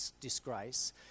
disgrace